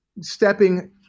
stepping